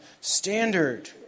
standard